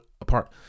apart